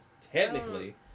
technically